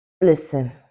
listen